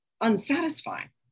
unsatisfying